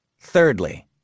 Thirdly